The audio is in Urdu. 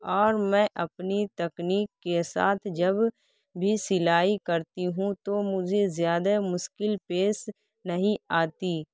اور میں اپنی تکنیک کے ساتھ جب بھی سلائی کرتی ہوں تو مجھے زیادہ مشکل پیش نہیں آتی